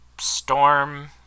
storm